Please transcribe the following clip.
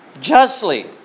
justly